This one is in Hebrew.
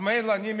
אז מילא אני,